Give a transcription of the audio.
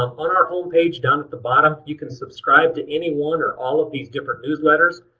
on on our home page down at the bottom you can subscribe to any one or all of these different newsletters.